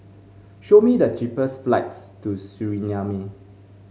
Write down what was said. show me the cheapest flights to Suriname